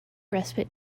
respite